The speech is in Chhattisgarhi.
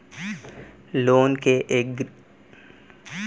लोन एगरिमेंट ह ही लोन के लेहे अउ ओखर छुटे के एक पुखता सबूत होथे